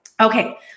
okay